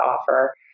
offer